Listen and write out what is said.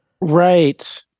Right